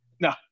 No